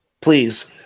please